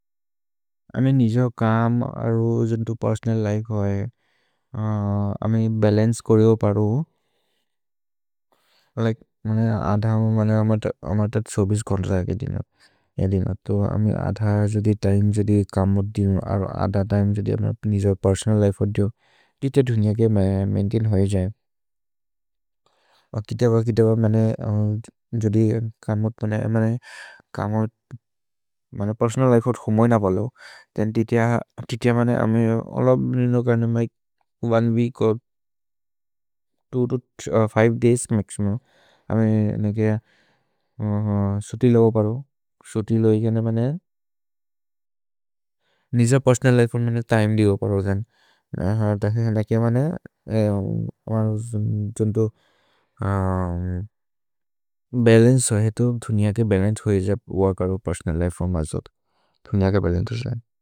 अमे निजो कम् अरो जोन्तु पेर्सोनल् लिफे होइ, अमे बलन्चे कोरे हो परु, लिके मने अध मने अमत छोबिस् घौन् जाके दिनो, अध जोदि तिमे जोदि कम् मोद् दिनो। अरो अध तिमे जोदि अमे निजो पेर्सोनल् लिफे हो दियो, तिते धुनिअ के मैन्तेन् होइ जये। अ किते ब, किते ब, जोदि कमोद् पेर्सोनल् लिफे हो धो मैन बलो, तेन् तिते अमे अलब् दिनो कर्ने one week or two to फिवे दय्स् मक्सिमुम्। अमे निगे सुत्रि लो हो परु, सुत्रि लो हि कर्ने मने निजो पेर्सोनल् लिफे हो तिमे दि हो परु। अत के मने जोन्तु बलन्चे होइ तो धुनिअ के बलन्चे होइ जब् उअकरो पेर्सोनल् लिफे हो मजोद्, धुनिअ के बलन्चे हो जयेन्।